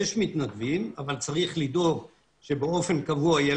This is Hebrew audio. יש מתנדבים אבל צריך לדאוג שבאופן קבוע יהיה